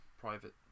private